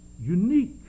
unique